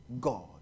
God